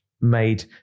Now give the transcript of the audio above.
made